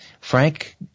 Frank